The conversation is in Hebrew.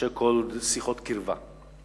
so called שיחות קרבה.